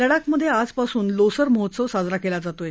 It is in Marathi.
लडाखमधे आजपासून लोसर महोत्सव साजरा केला जात आहे